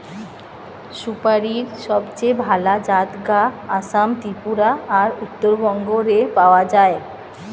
সুপারীর সবচেয়ে ভালা জাত গা আসাম, ত্রিপুরা আর উত্তরবঙ্গ রে পাওয়া যায়